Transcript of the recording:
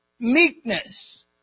meekness